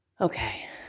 Okay